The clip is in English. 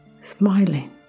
smiling